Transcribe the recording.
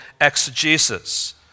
exegesis